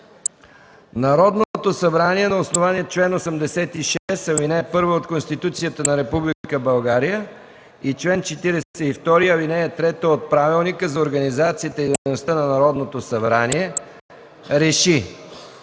Народното събрание на основание чл. 86, ал. 1 от Конституцията на Република България и чл. 42, ал. 3 от Правилника за организацията и дейността на Народното събрание РЕШИ: